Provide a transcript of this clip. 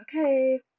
Okay